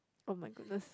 oh-my-goodness